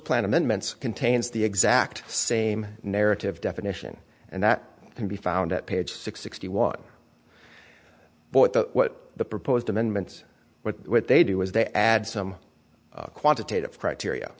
plan amendments contains the exact same narrative definition and that can be found at page sixty one bought the what the proposed amendments were what they do as they add some quantitative criteria